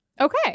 okay